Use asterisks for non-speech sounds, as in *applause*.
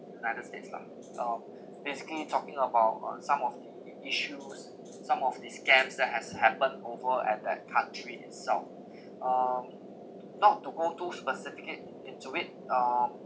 united states lah um basically talking about uh some of the issues some of the scams that has happen over at the country itself *breath* um not to go too specific it into it um